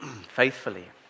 faithfully